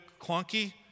clunky